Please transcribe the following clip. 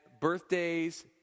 birthdays